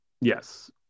yes